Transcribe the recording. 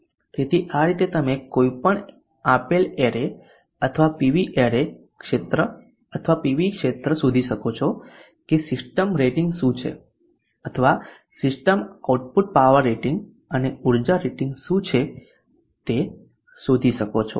તેથી આ રીતે તમે કોઈપણ આપેલ એરે અથવા પીવી એરે ક્ષેત્ર અથવા પીવી ક્ષેત્ર શોધી શકો છો કે સિસ્ટમ રેટિંગ શું છે અથવા સિસ્ટમ આઉટપુટ પાવર રેટિંગ અને ઉર્જા રેટિંગ શું છે તે શોધી શકો છો